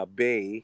bay